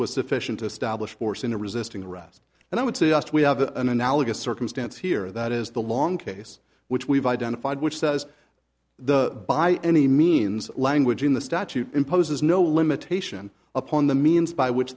was sufficient to establish force in a resisting arrest and i would suggest we have an analogous circumstance here that is the long case which we've identified which says the by any means language in the statute imposes no limitation upon the means by which